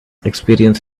experience